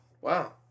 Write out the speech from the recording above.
Wow